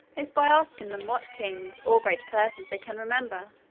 is by asking them what kings or great persons they can remember,